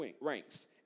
ranks